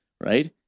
right